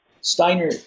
Steiner